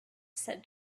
said